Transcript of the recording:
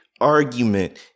argument